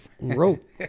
rope